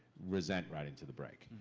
resent writing to the break.